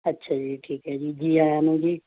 ਅੱਛਾ ਜੀ ਠੀਕ ਹੈ ਜੀ ਜੀ ਆਇਆਂ ਨੂੰ ਜੀ